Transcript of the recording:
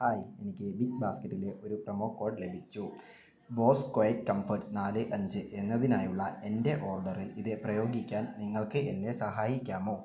hi എനിക്ക് Big ബാസ്ക്കറ്റിലെ ഒരു പ്രൊമോകോഡ് ലഭിച്ചു ബോസ് ക്വയറ്റ് കംഫർട്ട് നാല് അഞ്ച് എന്നതിനായുള്ള എൻ്റെ ഓർഡറിൽ ഇത് പ്രയോഗിക്കാൻ നിങ്ങൾക്ക് എന്നെ സഹായിക്കാമോ